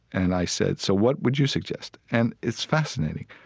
and i said, so what would you suggest? and it's fascinating.